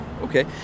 okay